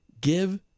Give